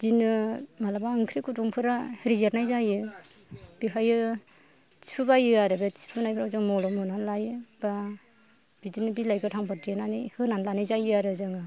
बिदिनो मालाबा ओंख्रि गुदुंफोरा रेजेरनाय जायो बेहायो थिफुबायो आरो बे थिफुफ्राव जों मलम होनानै लायो बा बिदिनो बिलाइ गोथांफोर देनानै होनानै लानाय जायो आरो जोङो